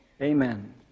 Amen